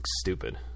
stupid